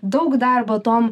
daug darbo tom